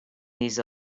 these